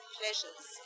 pleasures